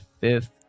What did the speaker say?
fifth